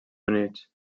units